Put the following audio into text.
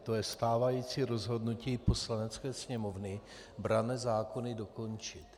To je stávající rozhodnutí Poslanecké sněmovny: branné zákony dokončit.